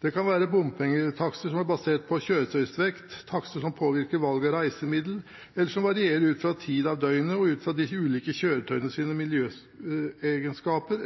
Det kan være bompengetakster som er basert på kjøretøyets vekt, takster som påvirker valg av reisemiddel, eller som varierer ut fra tid på døgnet og de ulike kjøretøyenes miljøegenskaper